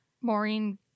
Maureen